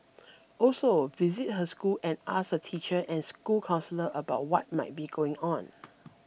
also visit her school and ask her teacher and school counsellor about what might be going on